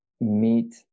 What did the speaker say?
meet